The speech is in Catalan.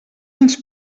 ens